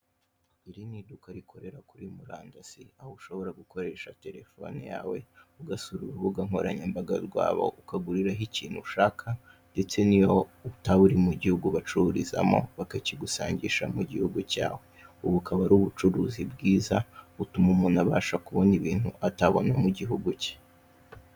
Iri ni iduka rikorera kuri Murandasi, aho ushobora gukoresha Telefone yawe ugasura urubuga nkoranyambaga rwabo, ukaguriraho ikintu ushaka ndetse n'iyo utaba uri mu gihugu bacururizamo bakakigusangisha mu gihugu cyawe, ubu bukaba ari ubucuruzi bwiza butuma umuntu abasha kubona ibintu atabona mu gihugu cye.